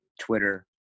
Twitter